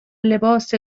لباس